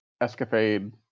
escapade